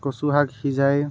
কচুশাক সিজাই